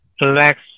relax